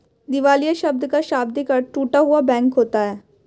दिवालिया शब्द का शाब्दिक अर्थ टूटा हुआ बैंक होता है